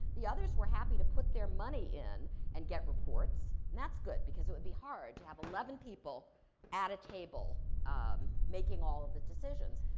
the others were happy to put their money in and get reports, and that's good because it would be hard to have eleven people at a table um making all of the decisions.